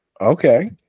Okay